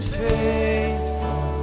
faithful